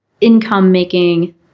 income-making